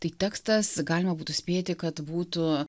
tai tekstas galima būtų spėti kad būtų